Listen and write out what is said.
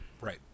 right